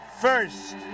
first